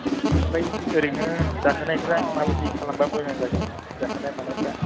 आमफ्राय ओरैनो जाहोनायफ्रा माबायदि खालामबा मोजां जागोन जाहोनाय मानायफ्रा